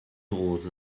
rose